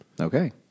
Okay